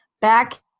back